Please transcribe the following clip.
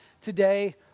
today